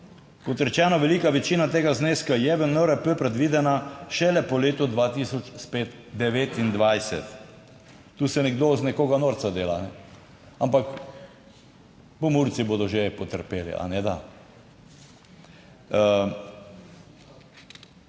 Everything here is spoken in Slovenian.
Kot rečeno, velika večina tega zneska je v NRP predvidena šele po letu 2029. Tu se nekdo iz nekoga norca dela, ampak Pomurci bodo že potrpeli, kajneda?